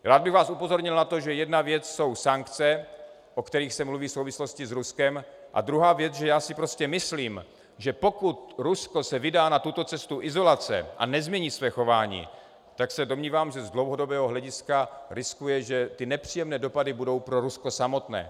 Rád bych vás upozornil na to, že jedna věc jsou sankce, o kterých se mluví v souvislosti s Ruskem, a druhá věc je, že si myslím, že pokud se Rusko vydá na tuto cestu izolace a nezmění své chování, tak se domnívám, že z dlouhodobého hlediska riskuje, že nepříjemné dopady budou pro Rusko samotné.